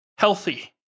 Healthy